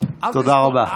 תודה רבה.